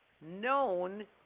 known